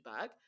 back